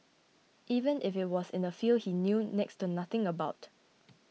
even if it was in a field he knew next to nothing about